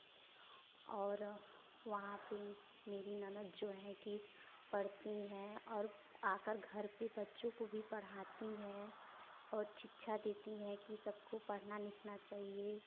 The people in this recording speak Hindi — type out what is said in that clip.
और वहाँ पर मेरी ननद जो हैं कि पढ़ती हैं और आ कर घर पर बच्चे को भी पढ़ाती हैं और शिक्षा देती हैं कि सबको पढ़ना लिखना चाहिए